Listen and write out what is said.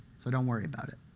so don't worry about it.